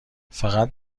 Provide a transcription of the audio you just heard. فقط